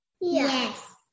Yes